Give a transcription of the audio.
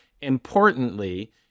Importantly